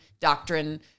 doctrine